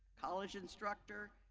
college instructor,